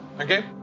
okay